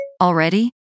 Already